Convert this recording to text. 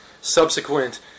subsequent